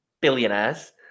billionaires